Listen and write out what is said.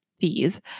fees